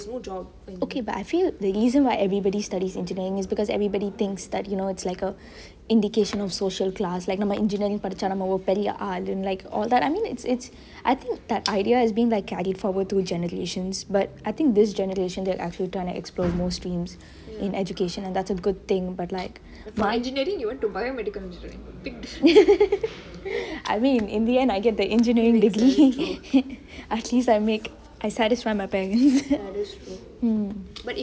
okay but I feel the reason why everybody studies engineering is because everybody thinks that you know it's like an indication of social class like நம்ம:namme engineering படிச்சா நம்ம ஒரு பெரிய ஆலுனு:padichaa namme oru periye aalunu like all that I mean it's it's I think that idea is being carried forward through generations but I think this generation they are trying to explore most dreams in education and that's a good thing but like I mean in the end I get the engineering degree at least I make I satisfy my parents mm